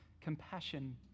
compassion